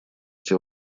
эти